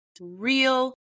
real